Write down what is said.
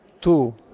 two